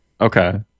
Okay